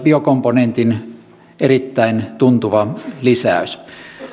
biokomponentin erittäin tuntuva lisäys